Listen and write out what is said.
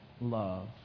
love